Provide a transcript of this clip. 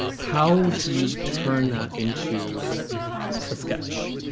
how do you turn that into a sketch?